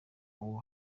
uwo